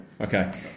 Okay